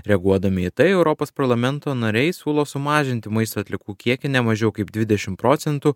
reaguodami į tai europos parlamento nariai siūlo sumažinti maisto atliekų kiekį nemažiau kaip dvidešim procentų